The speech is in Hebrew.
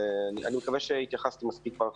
אני מקווה שהתייחסתי מספיק בהרחבה.